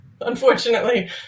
Unfortunately